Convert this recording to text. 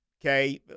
Okay